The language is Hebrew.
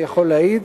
אני יכול להעיד